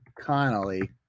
Connolly